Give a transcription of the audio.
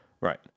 Right